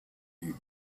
you